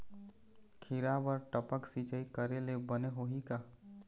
खिरा बर टपक सिचाई करे ले बने होही का?